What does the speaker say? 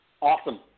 Awesome